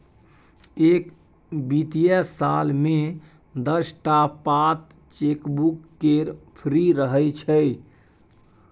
एक बित्तीय साल मे दस टा पात चेकबुक केर फ्री रहय छै